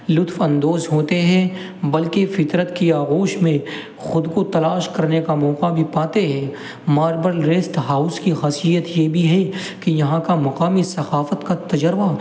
لطف اندوز ہوتے ہیں بلکہ فطرت کی آغوش میں خود کو تلاش کرنے کا موقع بھی پاتے ہیں ماربل ریسٹ ہاؤس کی خاصیت یہ بھی ہے کہ یہاں کا مقامی ثقافت کا تجربہ